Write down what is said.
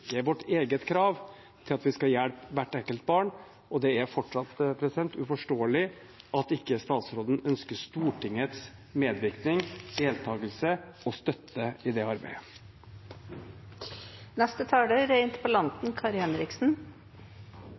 vårt eget krav til at vi skal hjelpe hvert enkelt barn. Det er fortsatt uforståelig at statsråden ikke ønsker Stortingets medvirkning, deltagelse og støtte i det arbeidet.